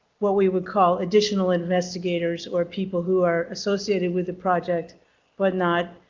what we would call additional investigators or people who are associated with the project but not